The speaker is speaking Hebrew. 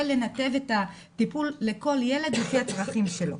ולנתב את הטיפול לכל ילד לפי הצרכים שלו.